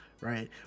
right